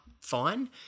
fine